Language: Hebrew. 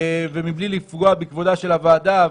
בלי לפגוע בכבודה של הוועדה,